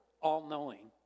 all-knowing